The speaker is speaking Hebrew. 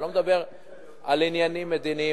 אני לא מדבר על עניינים מדיניים